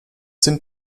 sind